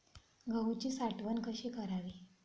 गहूची साठवण कशी करावी?